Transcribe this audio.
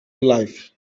life